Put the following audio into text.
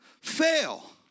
fail